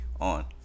on